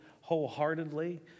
wholeheartedly